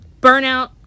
Burnout